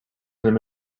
them